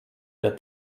der